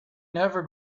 never